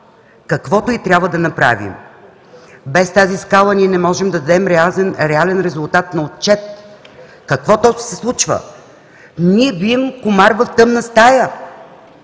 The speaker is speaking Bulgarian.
каквото и да трябва да направим. Без тази скала не можем да дадем реален резултат на отчет какво точно се случва. Ние бием комар в тъмна стая.